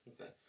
okay